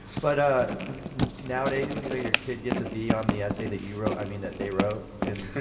but, ah nowadays, you know your kid gets a b on the essay that you wrote. i mean, that they wrote and.